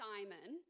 Simon